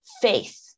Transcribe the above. faith